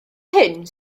hyn